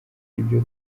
ibyo